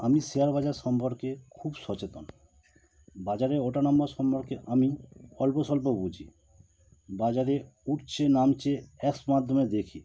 আমি শেয়ার বাজার সম্পর্কে খুব সচেতন বাজারে ওঠানামা সম্পর্কে আমি অল্পসল্প বুঝি বাজারে উঠছে নামছে অ্যাপস মাধ্যমে দেখি